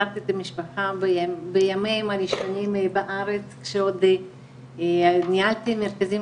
הכרתי את המשפחה בימים הראשונים בארץ כשעוד ניהלתי מרכזים